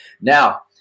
Now